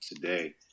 today